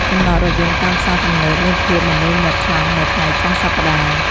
ចំណតរថយន្តតាមផ្សារទំនើបមានភាពមមាញឹកខ្លាំងនៅថ្ងៃចុងសប្តាហ៍។